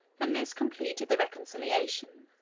and this completed the reconciliation.